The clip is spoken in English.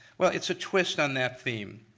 well, it's a twist on that theme,